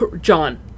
John